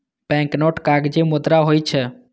banknote कागजी मुद्रा होइ छै